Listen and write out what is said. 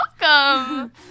welcome